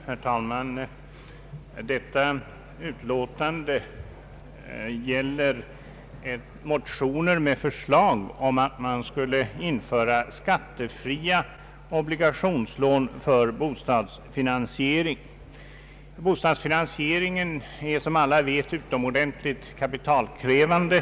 Herr talman! I detta utlåtande behandlas motioner med förslag om införande av skattefria obligationslån för bostadsfinansiering. Bostadsfinansieringen är som alla vet utomordentligt kapitalkrävande.